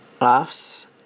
laughs